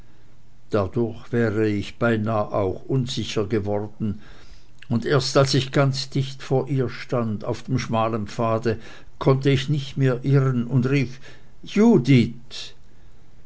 dadurch wäre ich beinah auch unsicher geworden und erst als ich ganz dicht vor ihr stand auf dem schmalen pfade konnte ich nicht mehr irren und rief judith